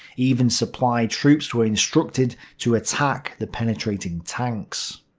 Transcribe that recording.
even supply troops were instructed to attack the penetrating tanks.